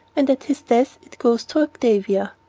and at his death it goes to octavia.